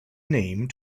name